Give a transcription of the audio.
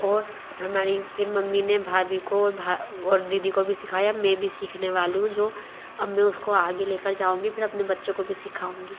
और हमारी फिर मम्मी ने भाभी को और भा और दीदी को भी सिखाया मैं भी सीखने वाली हूँ जो अब में उसको आगे ले कर जाऊँगी फिर अपने बच्चों को भी सिखाऊँगी